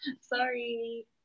Sorry